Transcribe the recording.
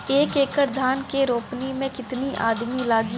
एक एकड़ धान के रोपनी मै कितनी आदमी लगीह?